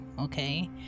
okay